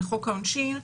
לחוק העונשין,